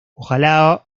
ojalá